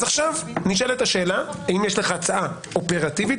אז עכשיו נשאלת השאלה האם יש לך הצעה אופרטיבית